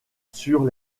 sur